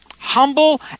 Humble